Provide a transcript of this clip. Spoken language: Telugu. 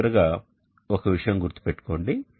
చివరగా ఒక విషయం గుర్తు పెట్టుకోండి